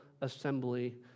assembly